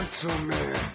Gentleman